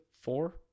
four